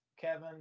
kevin